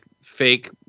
fake